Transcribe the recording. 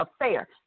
affair